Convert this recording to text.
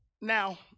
Now